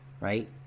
right